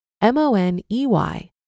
M-O-N-E-Y